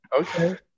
okay